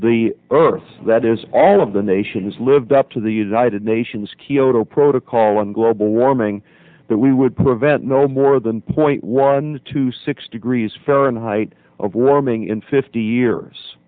the earth that is all of the nations lived up to the united nations kyoto protocol on global warming that we would prevent no more than point one to six degrees fahrenheit over forming in fifty years